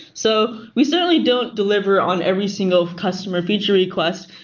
so we certainly don't deliver on every single customer feature request,